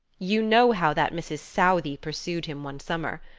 you know how that mrs. southey pursued him one summer.